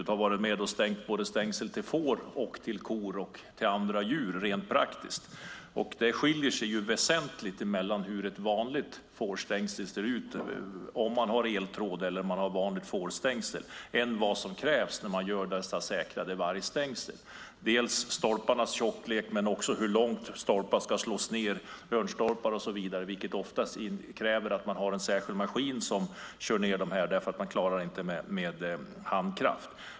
Jag har varit med och stängt stängsel till får, kor och andra djur rent praktiskt. Det skiljer sig väsentligt mellan hur ett vanligt fårstängsel ser ut - eventuellt med eltråd - och vad som krävs när man gör dessa säkrade vargstängsel. Det gäller stolparnas tjocklek, men också hur långt stolparna ska slås ned, hörnstolpar och så vidare. Oftast krävs det att man har en särskild maskin som kör ned dem; man klarar det inte med handkraft.